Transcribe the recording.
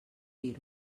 dir